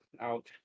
out